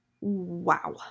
Wow